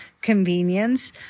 convenience